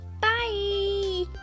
Bye